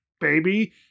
baby